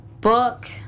book